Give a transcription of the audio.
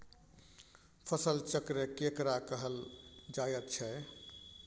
फसल चक्र केकरा कहल जायत छै?